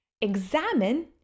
examine